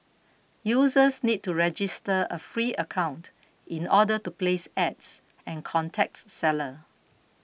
users need to register a free account in order to place ads and contacts seller